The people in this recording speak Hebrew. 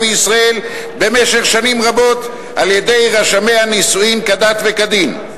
וישראל במשך שנים רבות על-ידי רשמי הנישואין כדת וכדין".